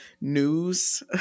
news